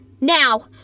now